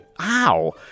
Ow